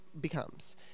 becomes